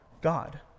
God